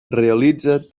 realitza